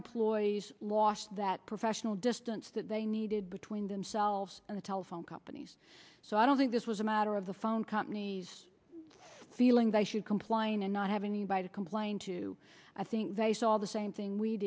employees lost that professional distance that they needed between themselves and the telephone companies so i don't think this was a matter of the phone companies feeling they should comply and not have any by to complain to i think they saw the same thing we